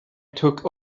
took